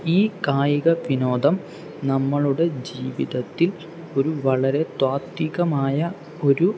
ഈ കായിക വിനോദം നമ്മളുടെ ജീവിതത്തിൽ ഒരു വളരെ ത്വാതികമായ ഒരു